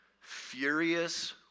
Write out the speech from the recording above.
Furious